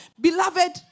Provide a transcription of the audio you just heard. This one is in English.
Beloved